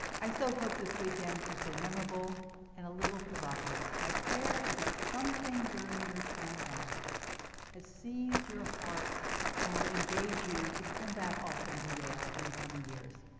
i so hope this weekend has been memorable and a little provocative. my prayer is that something during your time back has seized your heart and will engage you to come back often to yale in the coming years.